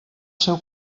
seu